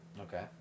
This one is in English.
Okay